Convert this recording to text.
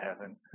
heaven